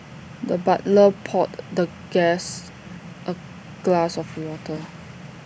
the butler poured the guest A glass of water